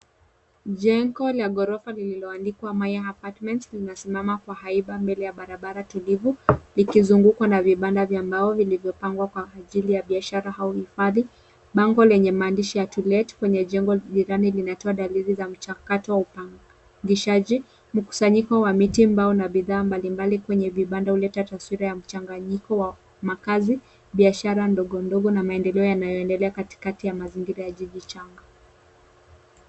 Jengo la ghorofa lililoandikwa Maya Apartment linasimama kwa Ipa mbele ya barabara tulivu likizungungwa vipanda vya mbao vilivyopangwa kwa ajili ya biashara au hifadi. Bango lenye maandishi ya to lent kwenye jengo linatoa dalili ya mchakato wa upangishaji. Mkusanyiko wa miti mbao na bidhaa mbali mbali kwenye vipanda uleta taswira ya mchanganyiko wa makazi, biashara ndogo ndogo na maendeleo yanaendelea katikati ya mazingira ya jiji changa.